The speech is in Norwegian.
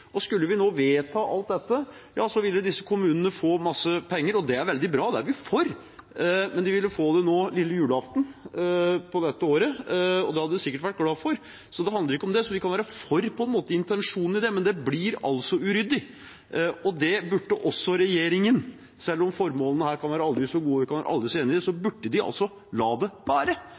Skulle vi nå vedta alt dette, vil disse kommunene få masse penger. Det er veldig bra, det er vi for, men de ville få det lille julaften i dette året. Det hadde de sikkert vært glad for, så det handler ikke om det. Vi kan være for intensjonen i det, men det blir altså uryddig. Det burde regjeringen – selv om formålene her kan være aldri så gode, og vi kan være aldri så enige – la være, og så burde vi ha budsjettforhandlingene slik som vi har dem, i desember, og så har vi revidert i mai–juni. Det